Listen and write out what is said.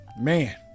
Man